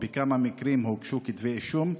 2. בכמה מקרים הוגשו כתבי אישום?